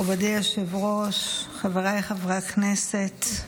מכובדי היושב-ראש, חבריי חברי הכנסת,